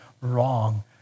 wrong